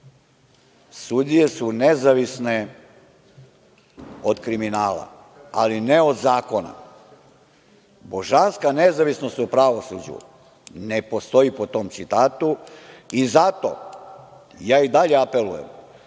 sudije su nezavisne od kriminala, ali ne od zakona“.Božanska nezavisnost u pravosuđu ne postoji po tom citatu i zato ja i dalje apelujem